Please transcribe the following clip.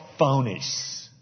phonies